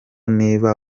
niba